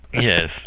Yes